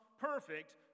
perfect